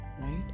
right